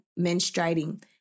menstruating